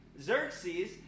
Xerxes